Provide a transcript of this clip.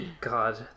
God